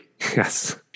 Yes